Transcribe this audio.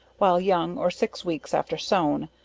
while young or six weeks after sown,